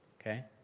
Okay